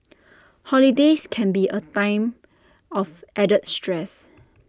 holidays can be A time of added stress